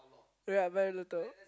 ya very little